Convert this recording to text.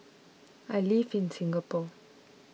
I live in Singapore